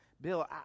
Bill